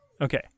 Okay